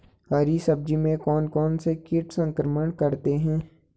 हरी सब्जी में कौन कौन से कीट संक्रमण करते हैं?